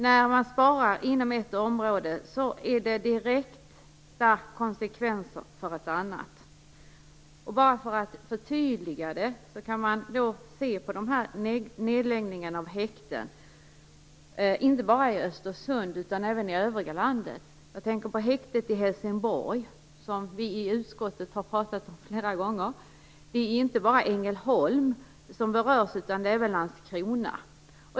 När man sparar inom ett område får det direkta konsekvenser för ett annat. För att förtydliga detta kan man se på nedläggningarna av häkten - inte bara i Östersund utan även i övriga landet. Jag tänker på häktet i Helsingborg, som vi i utskottet har pratat om flera gånger. Det är inte bara Ängelholm som berörs utan även Landskrona.